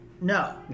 No